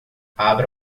abra